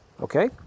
okay